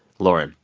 lauren,